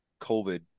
covid